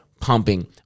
pumping